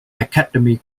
academy